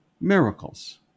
miracles